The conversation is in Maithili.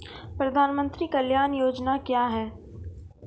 प्रधानमंत्री कल्याण योजना क्या हैं?